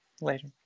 later